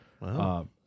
Wow